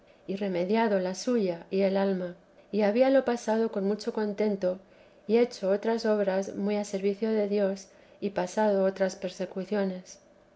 y remediado la suya y el alma y habíalo pasado con mucho contento y hecho otras obras muy a servicio de dios y pasado otras persecuciones